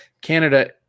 Canada